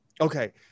okay